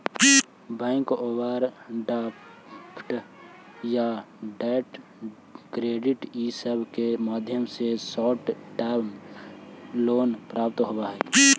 bank overdraft या trade credit इ सब के माध्यम से शॉर्ट टर्म लोन प्राप्त होवऽ हई